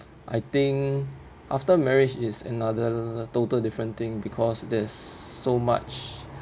I think after marriage is another total different thing because there's so much